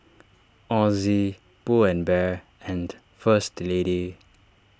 Ozi Pull and Bear and First Lady